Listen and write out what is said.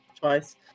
twice